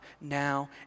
now